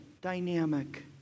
dynamic